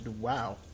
Wow